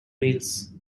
wales